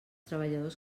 treballadors